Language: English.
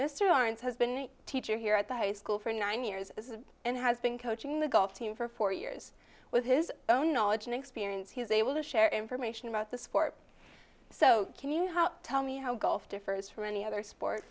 a teacher here at the high school for nine years and has been coaching the golf team for four years with his own knowledge and experience he's able to share information about the sport so can you help tell me how golf differs from any other